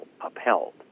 upheld